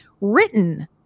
written